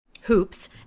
hoops